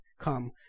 come